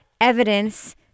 evidence